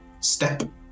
step